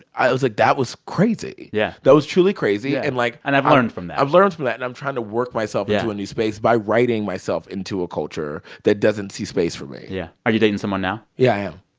i was like, that was crazy yeah that was truly crazy and, like. and i've learned from that i've learned from that. and i'm trying to work myself into a new space by writing myself into a culture that doesn't see space for me yeah. are you dating someone now? yeah, i am